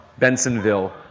Bensonville